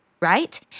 right